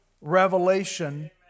revelation